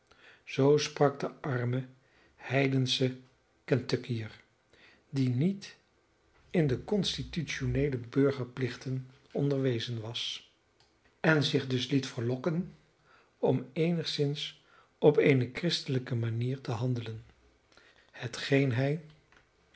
zoo sprak de arme heidensche kentuckiër die niet in de constitutioneele burgerplichten onderwezen was en zich dus liet verlokken om eenigszins op eene christelijke manier te handelen hetgeen hij